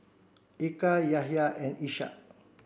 Eka Yahya and Ishak